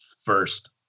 first